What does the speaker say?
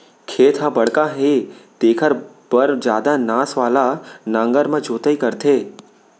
खेत ह बड़का हे तेखर बर जादा नास वाला नांगर म जोतई करथे